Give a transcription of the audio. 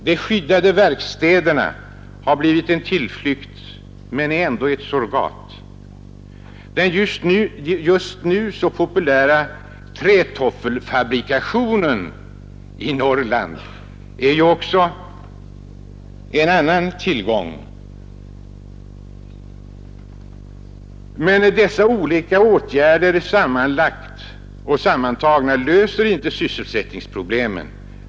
De skyddade verkstäderna har blivit en tillflykt, men det är ändå ett surrogat. Den just nu så populära trätoffelfabrikationen i Norrland är en annan tillgång. Men dessa åtgärder sammantagna löser inte sysselsättningsproblemen.